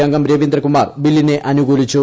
അംഗം രവീന്ദ്രകുമാർ ബില്ലിനെ അനുകൂലിച്ചു